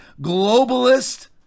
Globalist